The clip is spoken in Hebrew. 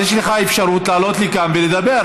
יש לך אפשרות לעלות לכאן ולדבר.